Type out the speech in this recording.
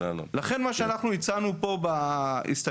ולכן מה שאנחנו הצענו פה בהסתייגות,